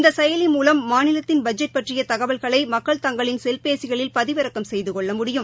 இந்த செயலி மூலம் மாநிலத்தின் பட்ஜெட் பற்றிய தகவல்களை மக்கள் தங்களின் செல்பேசிகளில் பதிவிறக்கம் செய்து கொள்ள முடியும்